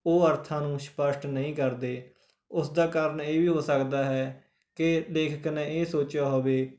ਉਹ ਅਰਥਾਂ ਨੂੰ ਸਪਸ਼ਟ ਨਹੀਂ ਕਰਦੇ ਉਸ ਦਾ ਕਾਰਨ ਇਹ ਵੀ ਹੋ ਸਕਦਾ ਹੈ ਕਿ ਲੇਖਕ ਨੇ ਇਹ ਸੋਚਿਆ ਹੋਵੇ